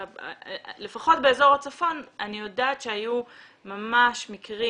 לפחות באזור הצפון אני יודעת שהיו ממש מקרים